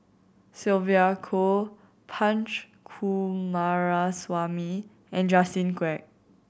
Sylvia Kho Punch Coomaraswamy and Justin Quek